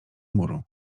muru